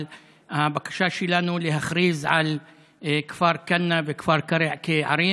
הבקשה שלנו להכריז על כפר כנא וכפר קרע כערים.